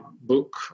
book